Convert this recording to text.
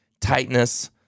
tightness